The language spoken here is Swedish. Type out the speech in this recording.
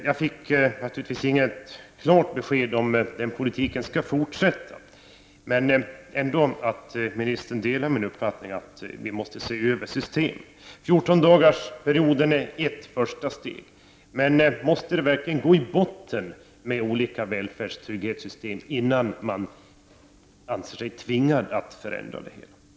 Jag fick naturligtvis inget klart besked om huruvida den politiken skall fortsätta men ändå att ministern delar min uppfattning att vi måste se över systemet. 14-dagarsperioden är ett första steg. Men måste det verkligen gå i botten med olika välfärdstrygghetssystem, innan man anser sig tvingad att förändra det hela?